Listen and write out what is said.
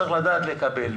צריך לדעת לקבל,